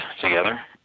together